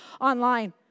online